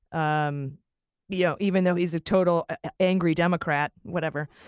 um you know, even though he's a total angry democrat, whatever.